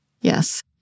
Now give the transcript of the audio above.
Yes